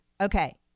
Okay